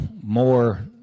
more